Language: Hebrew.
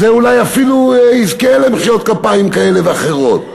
זה אולי אפילו יזכה למחיאות כפיים כאלה ואחרות.